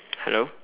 hello